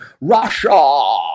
Russia